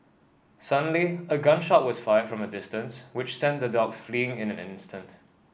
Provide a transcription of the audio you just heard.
suddenly a gun shot was fired from a distance which sent the dogs fleeing in an instant